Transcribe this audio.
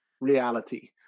reality